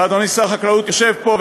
ואדוני שר החקלאות יושב פה,